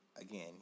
Again